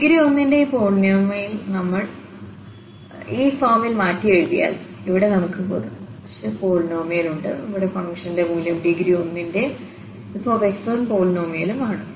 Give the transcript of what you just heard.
degree 1 ന്റെ ഈ polynomial നമ്മൾ ഈ ഫോമിൽ മാറ്റിയെഴുതിയാൽ ഇവിടെ നമുക്ക് കുറച്ച് പോളിനോമിയൽ ഉണ്ട് ഇവിടെ ഫംഗ്ഷന്റെ മൂല്യം ഡിഗ്രി 1 ന്റെ f പോളിനോമിയലും ആണ്